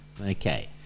Okay